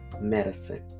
medicine